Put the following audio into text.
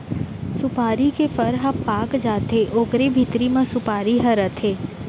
सुपारी के फर ह पाक जाथे ओकरे भीतरी म सुपारी ह रथे